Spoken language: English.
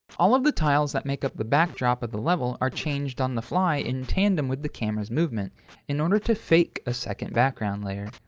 all of the tiles that make up the backdrop of the level are changed on the fly in tandem with the camera's movement in order to fake a second background layer.